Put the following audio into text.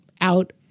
out